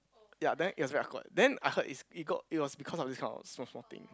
ya then it was very awkward then I heard is it got it was because of this kind of small small thing